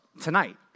tonight